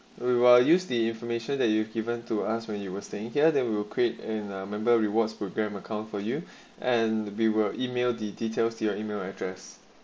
we will use the information that you've given to us when you were staying here than we will create and member rewards program account for you and we will email the details to your email address